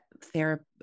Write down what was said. therapy